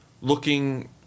looking